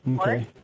Okay